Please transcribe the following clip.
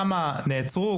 כמה נעצרו,